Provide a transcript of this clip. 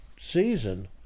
season